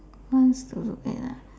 ones to look at ah